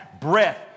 breath